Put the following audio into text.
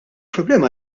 problema